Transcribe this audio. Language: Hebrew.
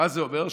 מה זה אומר?